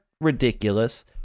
ridiculous